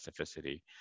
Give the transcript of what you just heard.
specificity